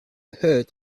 heard